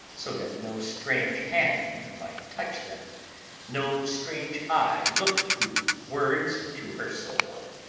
so that no strange hand might touch them no strange eye look through words into her soul.